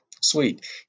sweet